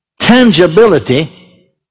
Tangibility